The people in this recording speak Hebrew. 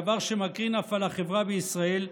דבר שמקרין אף על החברה בישראל,